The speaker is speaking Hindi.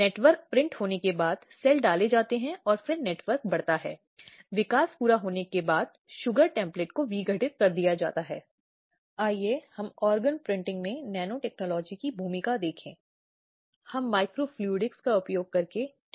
क्योंकि जब हम पति की बात करते हैं या पति के रिश्तेदारों की या जैसा कि कई बार देखा गया है कि यह पति नहीं बल्कि परिवार में सास है जो बहू के खिलाफ इस तरह की हिंसा को बढ़ावा देती है